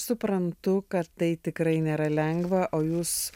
suprantu kad tai tikrai nėra lengva o jūs